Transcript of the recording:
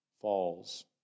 falls